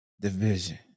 division